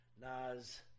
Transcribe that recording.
Nas